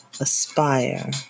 aspire